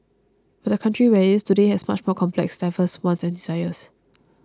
but the country where it is today has much more complex and diverse wants and desires